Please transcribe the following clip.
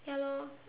ya lor